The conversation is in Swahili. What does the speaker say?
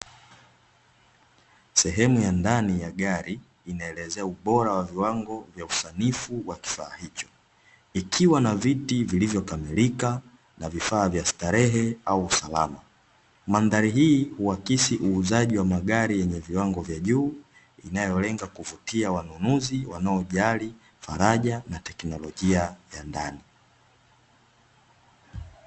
Sehemu ya ndani ya gari, linaelezea ubora wa viwango vya usanifu wa kifaa hicho. Ikiwa na viti vilivyokamilika, na vifaa vya starehe au usalama. Mandhari hii huakisi uuzaji wa magari yenye viwango vya juu, inayolenga kuvutia wanunuzi wanaojali faraja na teknolojia ya ndani.